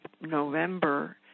November